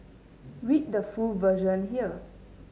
read the full version here